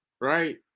right